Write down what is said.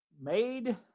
Made